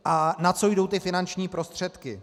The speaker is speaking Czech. A na co jdou ty finanční prostředky.